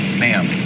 ma'am